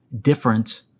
different